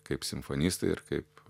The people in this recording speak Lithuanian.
kaip simfonistai ir kaip